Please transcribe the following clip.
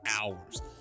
hours